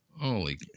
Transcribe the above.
Holy